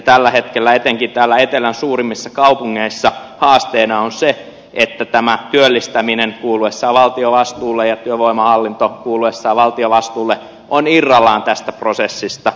tällä hetkellä etenkin täällä etelän suurimmissa kaupungeissa haasteena on se että työllistäminen kuuluessaan valtion vastuulle ja työvoimahallinto kuuluessaan valtion vastuulle on irrallaan tästä prosessista